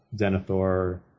denethor